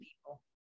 people